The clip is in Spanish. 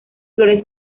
flores